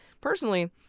Personally